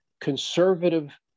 conservative